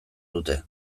dute